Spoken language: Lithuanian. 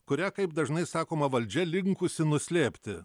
kurią kaip dažnai sakoma valdžia linkusi nuslėpti